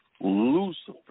Lucifer